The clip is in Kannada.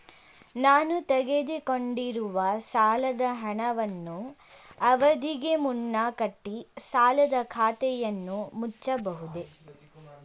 ನಾನು ತೆಗೆದುಕೊಂಡಿರುವ ಸಾಲದ ಹಣವನ್ನು ಅವಧಿಗೆ ಮುನ್ನ ಕಟ್ಟಿ ಸಾಲದ ಖಾತೆಯನ್ನು ಮುಚ್ಚಬಹುದೇ?